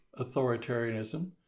authoritarianism